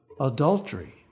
adultery